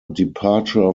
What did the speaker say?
departure